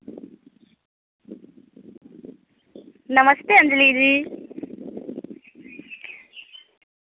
नमस्ते अंजली जी